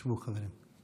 שבו, חברים.